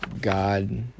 god